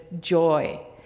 joy